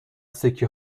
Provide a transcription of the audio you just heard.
سکه